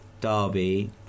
Derby